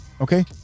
Okay